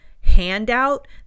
handout